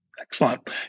Excellent